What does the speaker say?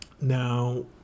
Now